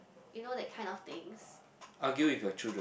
you know that kind of things